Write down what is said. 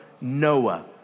Noah